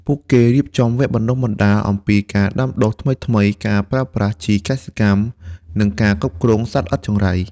ពួកគេរៀបចំវគ្គបណ្ដុះបណ្ដាលអំពីការដាំដុះថ្មីៗ ការប្រើប្រាស់ជីកសិកម្ម និងការគ្រប់គ្រងសត្វល្អិតចង្រៃ។